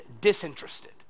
disinterested